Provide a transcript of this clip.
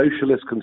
socialist